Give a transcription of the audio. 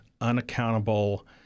unaccountable